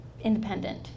independent